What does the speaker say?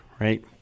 right